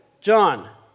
John